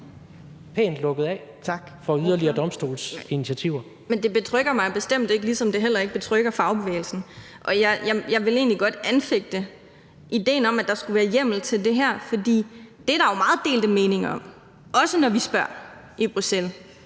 Anne Valentina Berthelsen (SF): Det betrygger mig bestemt ikke, ligesom det heller ikke betrygger fagbevægelsen. Og jeg vil egentlig godt anfægte idéen om, at der skulle være hjemmel til det her, for det er der jo meget delte meninger om, også når vi spørger i Bruxelles